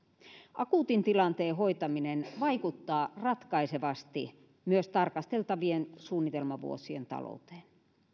akuutin tilanteen hoitaminen vaikuttaa ratkaisevasti myös tarkasteltavien suunnitelmavuosien talouteen